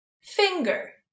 Finger